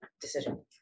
decision